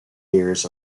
years